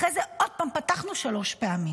אחרי זה פתחנו עוד שלוש פעמים.